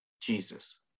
Jesus